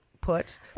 put